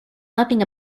nothing